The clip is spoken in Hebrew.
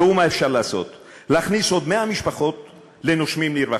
ראו מה אפשר לעשות: להכניס עוד 100 משפחות ל"נושמים לרווחה".